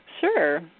sure